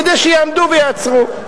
כדי שיעמדו ויעצרו.